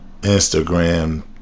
Instagram